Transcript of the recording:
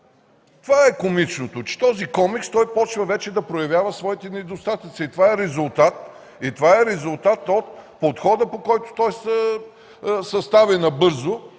Това е комичното – че този комикс почва вече да проявява своите недостатъци. И това е резултат от подхода, по който се състави набързо,